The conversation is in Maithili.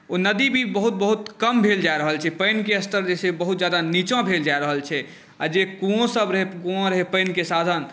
ओ नदी भी बहुत बहुत कम भेल जा रहल छै पानिके स्तर जे छै बहुत ज्यादा नीचाँ भेल जाए रहल छै आ जे कुओँसभ रहै कुआँ रहै पानिके साधन